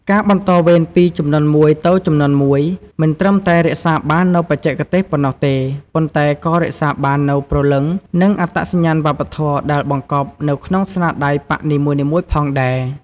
ការបន្តវេនពីជំនាន់មួយទៅជំនាន់មួយ មិនត្រឹមតែរក្សាបាននូវបច្ចេកទេសប៉ុណ្ណោះទេ ប៉ុន្តែក៏រក្សាបាននូវ ព្រលឹង និងអត្តសញ្ញាណវប្បធម៌ ដែលបង្កប់នៅក្នុងស្នាដៃប៉ាក់នីមួយៗផងដែរ។